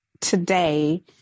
today